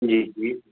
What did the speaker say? जी जी